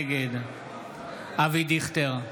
נגד אבי דיכטר,